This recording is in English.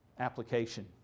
Application